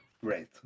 great